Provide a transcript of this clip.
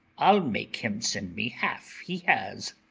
i'll make him send me half he has,